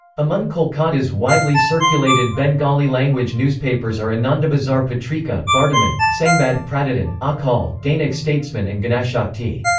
among kolkata's widely circulated bengali-language newspapers are anandabazar patrika, bartaman, sangbad pratidin, aajkaal, dainik statesman and ganashakti.